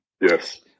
yes